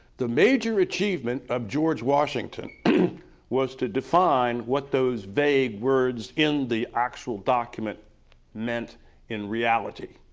the major achievement of george washington was to define what those vague words in the actual document meant in reality.